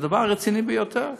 זה דבר רציני ביותר.